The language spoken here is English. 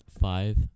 Five